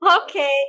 Okay